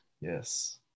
yes